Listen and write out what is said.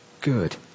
good